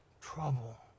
trouble